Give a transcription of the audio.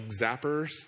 zappers